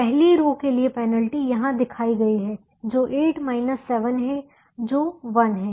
पहली रो के लिए पेनल्टी यहां दिखाई गई है जो 8 7 है जो 1 है